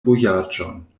vojaĝon